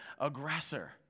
aggressor